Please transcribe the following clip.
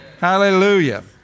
Hallelujah